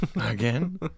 Again